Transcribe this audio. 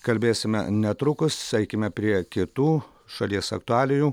kalbėsime netrukus eikime prie kitų šalies aktualijų